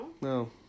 No